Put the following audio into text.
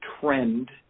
trend